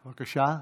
בבקשה?